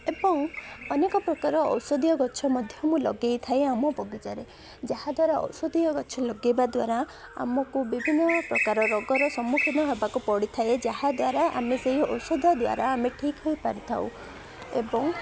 ଏବଂ ଅନେକ ପ୍ରକାର ଔଷଧୀୟ ଗଛ ମଧ୍ୟ ମୁଁ ଲଗେଇଥାଏ ଆମ ବଗିଚାରେ ଯାହାଦ୍ୱାରା ଔଷଧୀୟ ଗଛ ଲଗେଇବା ଦ୍ୱାରା ଆମକୁ ବିଭିନ୍ନ ପ୍ରକାର ରୋଗର ସମ୍ମୁଖୀନ ହେବାକୁ ପଡ଼ିଥାଏ ଯାହାଦ୍ୱାରା ଆମେ ସେହି ଔଷଧ ଦ୍ୱାରା ଆମେ ଠିକ୍ ହୋଇପାରିଥାଉ ଏବଂ